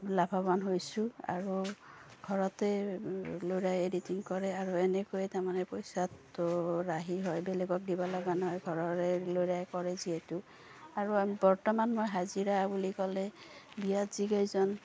লাভৱান হৈছোঁ আৰু ঘৰতে ল'ৰাই এডিটিং কৰে আৰু এনেকৈয়ে তাৰমানে পইচাটো ৰাহি হয় বেলেগক দিব লগা নহয় ঘৰৰে ল'ৰাই কৰে যিহেতু আৰু আ বৰ্তমান মই হাজিৰা বুলি ক'লে বিয়াত যিকেইজন